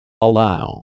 Allow